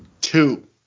Two